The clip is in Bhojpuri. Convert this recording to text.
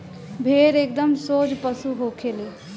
भेड़ एकदम सोझ पशु होखे ले